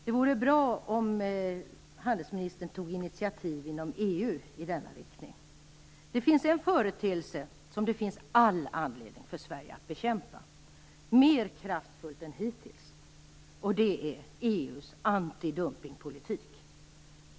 Det vore bra om handelsministern tog initiativ inom EU i denna riktning. Det finns en företeelse som det finns all anledning för Sverige att bekämpa mer kraftfullt än hittills, och det är EU:s antidumpningspolitik.